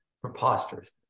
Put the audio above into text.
preposterous